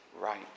right